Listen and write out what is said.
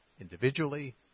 individually